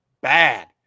bad